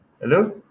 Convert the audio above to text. hello